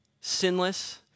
Sinless